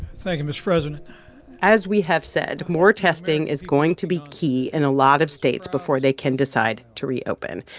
thank you, mr. president as we have said, more testing is going to be key in a lot of states before they can decide to reopen.